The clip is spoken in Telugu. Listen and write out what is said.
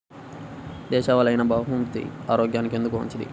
దేశవాలి అయినా బహ్రూతి ఆరోగ్యానికి ఎందుకు మంచిది?